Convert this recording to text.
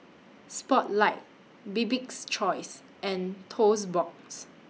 Spotlight Bibik's Choice and Toast Box